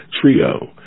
Trio